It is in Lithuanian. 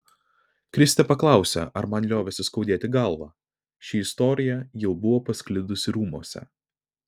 kristė paklausė ar man liovėsi skaudėti galvą ši istorija jau buvo pasklidusi rūmuose